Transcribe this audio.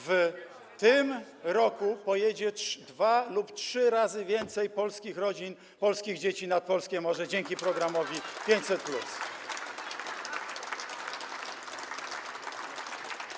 W tym roku pojedzie dwa lub trzy razy więcej polskich rodzin, polskich dzieci nad polskie morze dzięki programowi 500+.